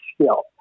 skill